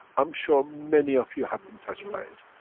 i'm sure many of you have been touched by it.